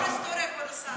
שיעורי היסטוריה, כבוד השר.